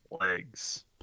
legs